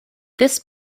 this